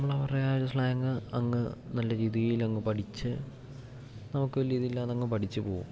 നമ്മൾ അവരുടെ ഒരു സ്ലാങ്ങ് അങ്ങ് നല്ല രീതിയിൽ അങ്ങ് പഠിച്ച് നമുക്ക് വലിയ ഇതില്ലാതങ്ങ് പഠിച്ച് പോവും